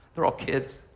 they're all kids.